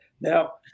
Now